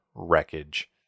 wreckage